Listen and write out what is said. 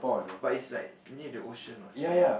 but is like near the ocean what so